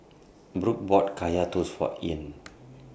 Brook bought Kaya Toast For Ean